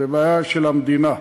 זו בעיה של המדינה.